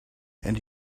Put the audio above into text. and